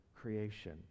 creation